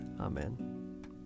Amen